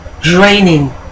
draining